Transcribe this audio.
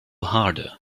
harder